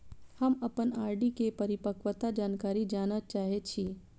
हम अप्पन आर.डी केँ परिपक्वता जानकारी जानऽ चाहै छी